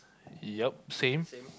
ya same